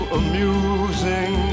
amusing